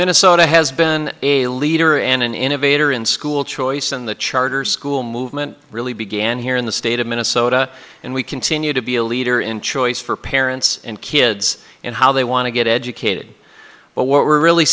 minnesota has been a leader and an innovator in school choice and the charter school movement really began here in the state of minnesota and we continue to be a leader in choice for parents and kids and how they want to get educated but what we're really